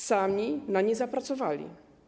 Sami na nie zapracowali.